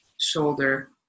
shoulder